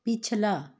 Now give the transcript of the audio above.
ਪਿਛਲਾ